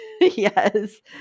Yes